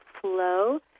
flow